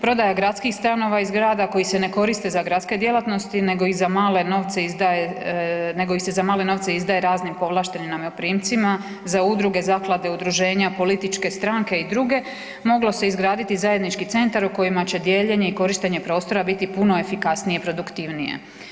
Prodaja gradskih stanova ih grada koji se ne koriste za gradske djelatnosti nego ih za male novce izdaje, nego ih se za male novce izdaje raznim povlaštenim najmoprimcima za udruge, zaklade, udruženja, političke stranke i druge moglo se izgraditi zajednički centar u kojima će dijeljenje i korištenje prostora biti puno efikasnije i produktivnije.